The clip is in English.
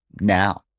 now